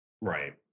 Right